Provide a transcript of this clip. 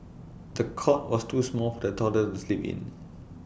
the cot was too small for the toddler to sleep in